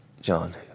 John